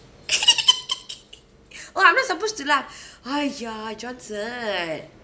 well I'm not supposed to laugh !aiya! johnson